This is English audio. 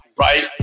right